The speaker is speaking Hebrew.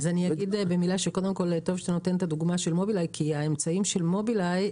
אני אגיד במילה שקודם כל טוב שאתה נותן את הדוגמה של מובילאיי כי